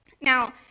Now